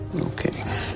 Okay